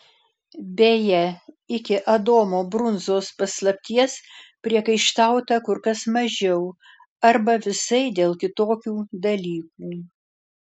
beje iki adomo brunzos paslapties priekaištauta kur kas mažiau arba visai dėl kitokių dalykų